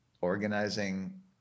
organizing